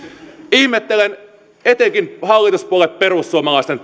ihmettelen etenkin hallituspuolue perussuomalaisten